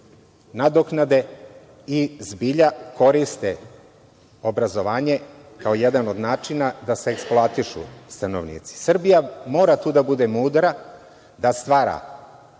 nadoknade i zbilja koriste obrazovanje kao jedan od načina da se eksploatišu stanovnici. Srbija mora tu da bude mudra, da stvara,